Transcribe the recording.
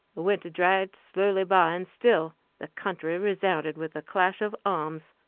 winter dragged slowly by, and still the country resounded with the clash of arms.